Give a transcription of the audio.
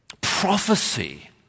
prophecy